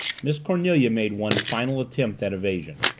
miss cornelia made one final attempt at evasion.